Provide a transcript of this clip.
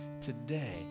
today